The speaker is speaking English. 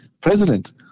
president